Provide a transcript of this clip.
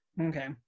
Okay